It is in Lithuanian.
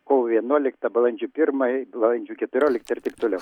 kovo vienuolika balandžio pirmą balandžio keturiolika ir taip toliau